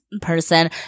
person